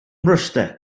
mryste